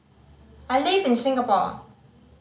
I live in Singapore